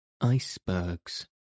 icebergs